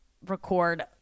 record